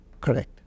Correct